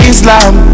Islam